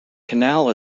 canal